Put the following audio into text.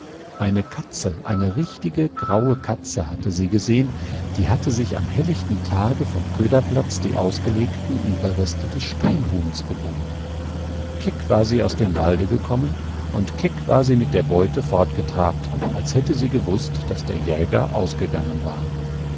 eine katze eine richtige graue katze hatte sie gesehen die hatte sich am hellichten tage vom köderplatz die ausgelegten überreste des steinhuhns geholt keck war sie aus dem walde gekommen und keck war sie mit der beute fortgetrabt als hätte sie gewußt daß der jäger ausgegangen war